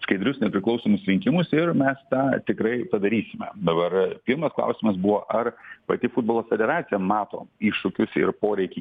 skaidrius nepriklausomus rinkimus ir mes tą tikrai padarysime dabar pirmas klausimas buvo ar pati futbolo federacija mato iššūkius ir poreikį